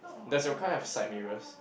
does your car have side mirrors